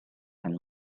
and